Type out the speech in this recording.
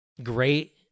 great